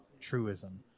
truism